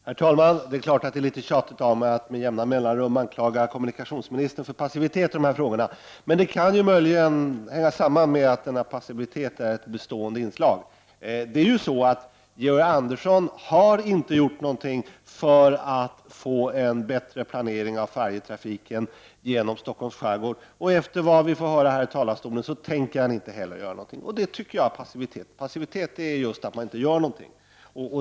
Herr talman! Det är klart att det är litet tjatigt av mig att med jämna mellanrum anklaga kommunikationsministern för passivitet i dessa frågor. Men det kan möjligen hänga samman med att denna passivitet är ett bestående inslag. Georg Andersson har inte gjort något för att få en bättre planering av färjetrafiken genom Stockholms skärgård. Av det vi har fått höra från talarstolen tänker han inte heller göra något. Det tycker jag är passivitet. Passivitet är just att man inte gör något.